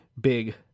big